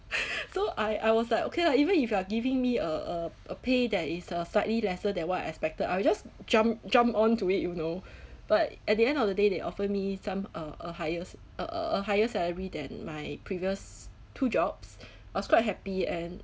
so I I was like okay lah even if you are giving me a a a pay that is uh slightly lesser than what I expected I will just jump jump onto it you know but at the end of the day they offer me some uh a highest a higher salary than my previous two jobs was quite happy and